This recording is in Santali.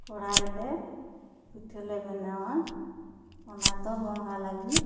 ᱠᱚᱨᱦᱟᱭ ᱨᱮᱞᱮ ᱯᱤᱴᱷᱟᱹ ᱞᱮ ᱵᱮᱱᱟᱣᱟ ᱚᱱᱟ ᱫᱚ ᱵᱚᱸᱜᱟ ᱞᱟᱹᱜᱤᱫ